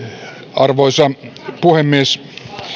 arvoisa puhemies